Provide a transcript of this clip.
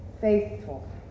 faithful